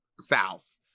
south